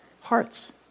hearts